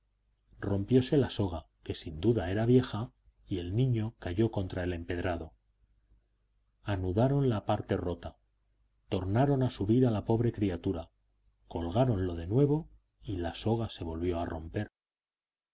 rompióse la soga que sin duda era vieja y el niño cayó contra el empedrado anudaron la parte rota tornaron a subir a la pobre criatura colgáronlo de nuevo y la soga se volvió a romper